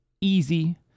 easy